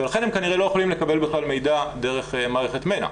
ולכן הם כנראה לא יכולים לקבל בכלל מידע דרך מערכת מנ"ע.